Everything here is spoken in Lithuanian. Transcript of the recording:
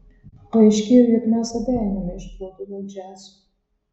paaiškėjo jog mes abi einame iš proto dėl džiazo